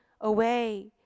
away